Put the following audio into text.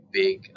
big